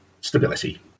stability